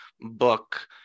book